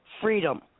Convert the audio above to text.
freedom